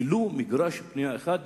ולו מגרש בנייה אחד.